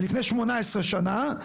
לפני 18 שנה.